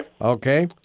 Okay